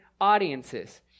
audiences